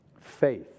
Faith